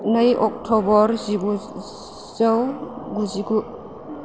नै अक्टबर जिगुजौ गुजिगु